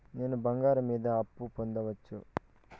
నేను బంగారం మీద అప్పు పొందొచ్చా?